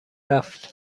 رفت